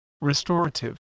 restorative